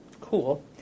cool